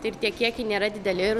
ir tie kiekiai nėra dideli ir